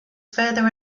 further